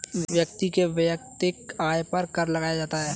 व्यक्ति के वैयक्तिक आय पर कर लगाया जाता है